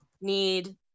need